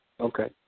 Okay